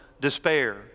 despair